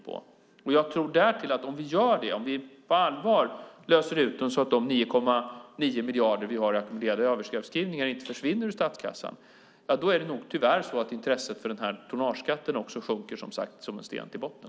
Dessutom tror jag att om vi gör det, om vi på allvar löser ut dem så att de 9,9 miljarder vi har i ackumulerade överavskrivningar inte försvinner ur statskassan, då sjunker nog också intresset för tonnageskatten som en sten.